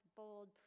bold